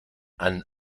and